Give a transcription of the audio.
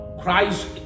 christ